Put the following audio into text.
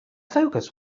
focus